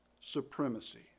supremacy